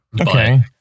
Okay